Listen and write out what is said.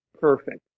perfect